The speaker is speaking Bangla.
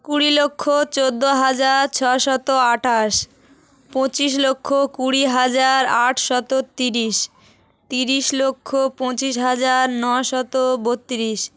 কুড়ি লক্ষ চৌদ্দ হাজার ছয় শত আটাশ পঁচিশ লক্ষ কুড়ি হাজার আট শত তিরিশ তিরিশ লক্ষ পঁচিশ হাজার নয় শত বত্রিশ